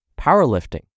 Powerlifting